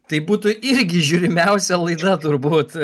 tai būtų irgi žiūrimiausia laida turbūt